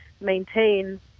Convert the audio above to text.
maintain